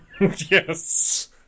Yes